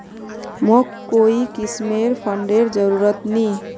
मोक कोई किस्मेर फंडेर जरूरत नी